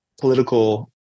political